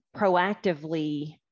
proactively